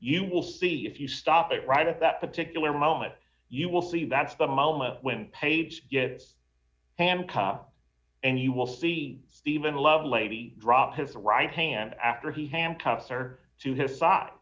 you will see if you stop it right at that particular moment you will see that's the moment when page gets handcuffed and you will see stephen lovelady drop his right hand after he handcuffs are to his side